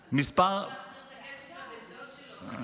הוא צריך להחזיר את הכסף לבן דוד שלו.